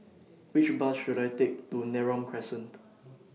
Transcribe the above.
Which Bus should I Take to Neram Crescent